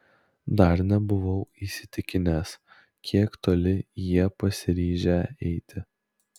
dar nebuvau įsitikinęs kiek toli jie pasiryžę eiti